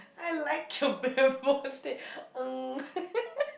I like